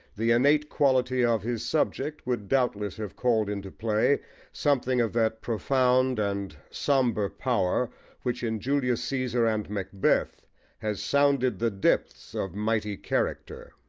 the innate quality of his subject would doubtless have called into play something of that profound and sombre power which in julius caesar and macbeth has sounded the depths of mighty character.